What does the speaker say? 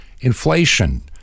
inflation